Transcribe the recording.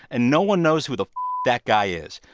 and no one knows who the that guy is.